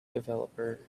developer